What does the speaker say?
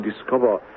discover